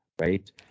right